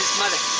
mother.